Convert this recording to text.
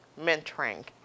mentoring